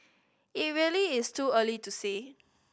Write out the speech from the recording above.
it really is too early to say